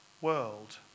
world